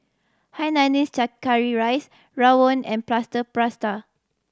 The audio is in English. hainanese curry rice rawon and plaster